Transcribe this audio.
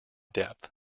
depth